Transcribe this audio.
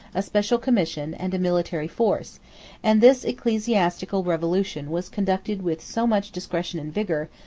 a special commission, and a military force and this ecclesiastical revolution was conducted with so much discretion and vigor,